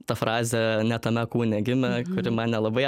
ta frazė ne tame kūne gimė kuri man nelabai